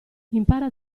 impara